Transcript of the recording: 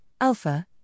Alpha